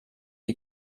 die